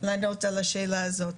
לענות על השאלה הזאת.